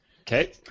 Okay